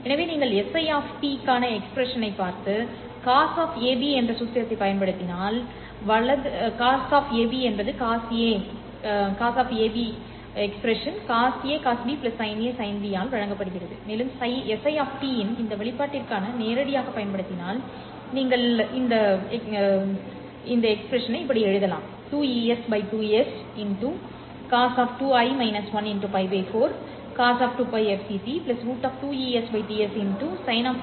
எனவே நீங்கள் si க்கான எக்ஸ்பிரஷனைப் பார்த்து cos என்ற சூத்திரத்தைப் பயன்படுத்தினால் வலது cos என்பது cosA cos B sinA sinB ஆல் வழங்கப்படுகிறது மேலும் Si இன் இந்த வெளிப்பாட்டிற்கு நேரடியாகப் பயன்படுத்தினால் நீங்கள் எழுதலாம் 2Es T s¿ ¿cos π 4 cos 2πfct √ 2Es T s¿ ¿sin π 4 sin 2πfct